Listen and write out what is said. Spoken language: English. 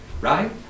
right